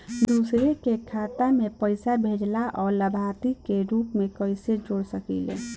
दूसरे के खाता में पइसा भेजेला और लभार्थी के रूप में कइसे जोड़ सकिले?